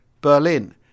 Berlin